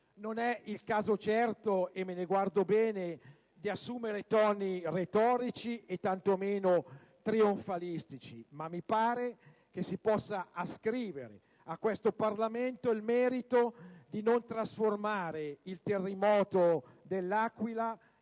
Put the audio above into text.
il caso - e me ne guardo bene - di assumere toni retorici e tanto meno trionfalistici. Mi pare, però, si possa ascrivere a questo Parlamento il merito di non trasformare il terremoto dell'Aquila